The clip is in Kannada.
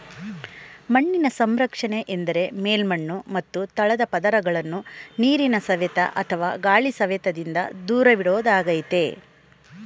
ಮಣ್ಣಿನ ಸಂರಕ್ಷಣೆ ಎಂದರೆ ಮೇಲ್ಮಣ್ಣು ಮತ್ತು ತಳದ ಪದರಗಳನ್ನು ನೀರಿನ ಸವೆತ ಅಥವಾ ಗಾಳಿ ಸವೆತದಿಂದ ದೂರವಿಡೋದಾಗಯ್ತೆ